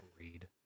read